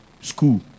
school